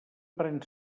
pren